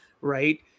right